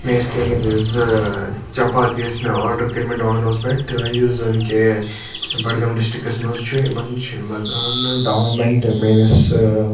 مےٚ ٲسۍ کٔرمٕتۍ زٕ چَپاتی ٲسۍ مےٚ آرڈَر کٔرمٕتۍ ڈامِنوز پٮ۪ٹھ یُس زَن کہِ بَڈگٲم ڈِسٹرکَس مَنٛز چھُ یِمَن چھِ لَگان دہ وُہ مِنٹ میٲنِس